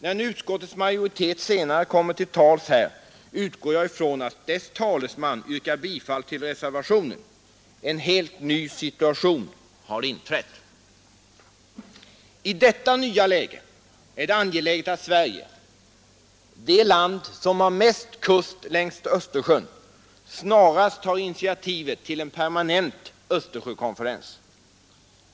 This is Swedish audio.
När utskottets majoritet senare kommer till tals här, utgår jag ifrån att dess talesman yrkar bifall till reservationen. En helt ny situation har inträtt. I detta nya läge är det angeläget att Sverige — det land som har mest kust längs Östersjön — snarast tar initiativet till en permanent Östersjökonferens.